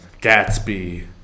Gatsby –